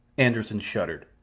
anderssen shuddered.